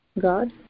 God